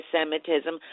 anti-Semitism